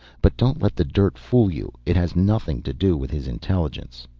but don't let the dirt fool you, it has nothing to do with his intelligence.